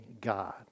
God